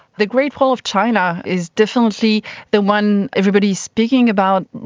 the great wall of china is definitely the one everybody is speaking about,